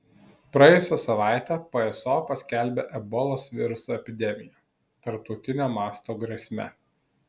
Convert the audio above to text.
praėjusią savaitę pso paskelbė ebolos viruso epidemiją tarptautinio masto grėsme